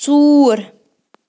ژوٗر